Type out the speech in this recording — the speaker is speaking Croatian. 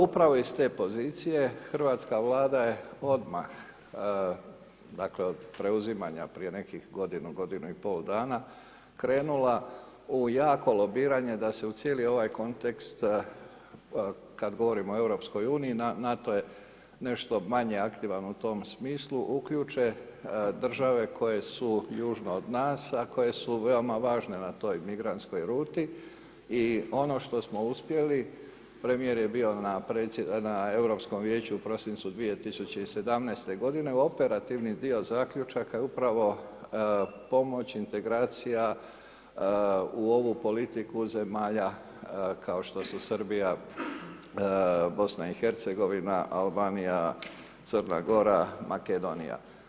Upravo iz te pozicije hrvatska Vlada je odmah dakle od preuzimanja prije nekih godinu, godinu i pol dana krenula u jako lobiranje da se u cijeli ovaj kontekst kad govorimo o Europskoj uniji, NATO je nešto manje aktivan u tom smislu, uključe države koje su južno od nas a koje su veoma važne na toj migrantskoj ruti i ono što smo uspjeli premijer je bio na Europskom vijeću u prosincu 2017. godine u operativni dio zaključaka upravo pomoć integracija u ovu politiku zemalja kao što su Srbija, BiH, Albanija, Crna Gora, Makedonija.